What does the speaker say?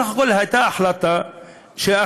בסך הכול הייתה החלטה שאכן,